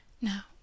Now